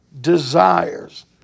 desires